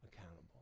accountable